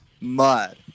mud